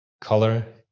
color